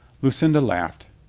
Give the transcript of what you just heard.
lucinda laughed.